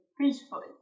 peacefully